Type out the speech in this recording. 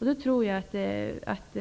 Jag tror att